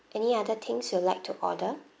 any other things you'd like to order